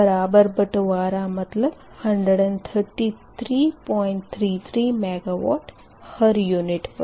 बराबर बँटवारा मतलब 13333 MW हर यूनिट पर